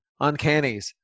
uncannies